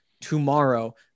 tomorrow